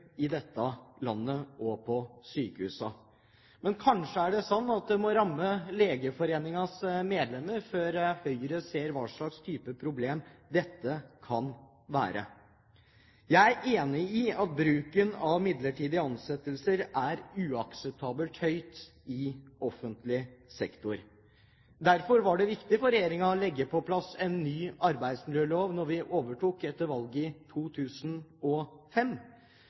i dette landet og på sykehusene. Men kanskje er det sånn at det må ramme Legeforeningens medlemmer, før Høyre ser hva slags type problem dette kan være? Jeg er enig i at bruken av midlertidige ansettelser er uakseptabelt høy i offentlig sektor. Derfor var det viktig for regjeringen å få på plass en ny arbeidsmiljølov da vi overtok etter valget i 2005.